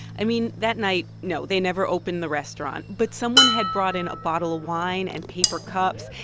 i mean, that night no, they never opened the restaurant, but someone had brought in a bottle of wine and paper cups.